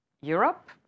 Europe